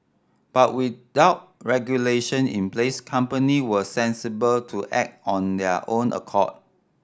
but without regulation in place company were sensible to act on their own accord